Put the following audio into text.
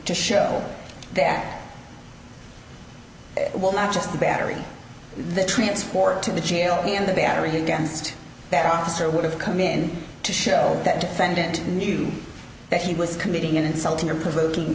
to show that one not just the battery the transport to the jail and the battery against that officer would have come in to show that defendant knew that he was committing an insulting or provoking